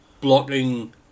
blocking